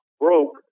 broke